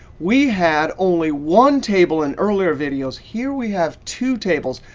we have only one table in earlier videos. here, we have two tables.